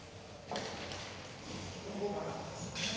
Tak